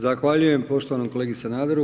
Zahvaljujem poštovanom kolegi Sanaderu.